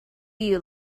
you